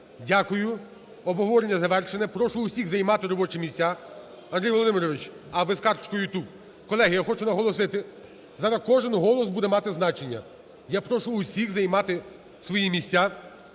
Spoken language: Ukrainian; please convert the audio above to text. Дякую. Обговорення завершено. Прошу всіх займати робочі місця. Андрій Володимирович! А, ви з карточкою тут. Колеги, я хочу наголосити, зараз кожен голос буде мати значення. Я прошу всіх займати свої місця.